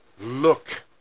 Look